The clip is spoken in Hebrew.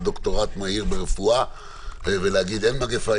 דוקטורט מהיר ברפואה ולהגיד: אין מגפה,